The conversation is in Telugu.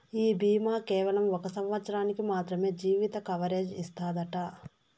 ఈ బీమా కేవలం ఒక సంవత్సరానికి మాత్రమే జీవిత కవరేజ్ ఇస్తాదట